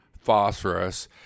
phosphorus